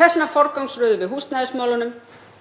vegna forgangsröðum við húsnæðismálunum;